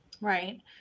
Right